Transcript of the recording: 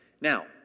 Now